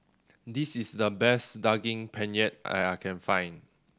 this is the best Daging Penyet that I can find